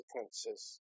consequences